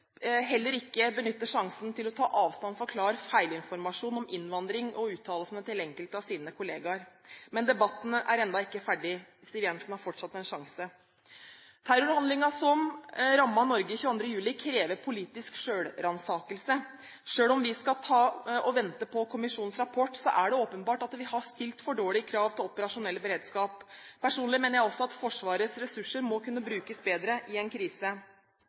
heller ikke benytter sjansen til å ta avstand fra klar feilinformasjon om innvandring og uttalelsene til enkelte av sine kollegaer. Men debatten er enda ikke ferdig. Siv Jensen har fortsatt en sjanse. Terrorhandlingen som rammet Norge 22. juli, krever politisk selvransakelse. Selv om vi skal vente på kommisjonens rapport, er det åpenbart at vi har stilt for dårlige krav til operasjonell beredskap. Personlig mener jeg også at Forsvarets ressurser må kunne brukes bedre i en krise.